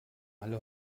alle